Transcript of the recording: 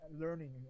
learning